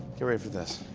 get ready for this.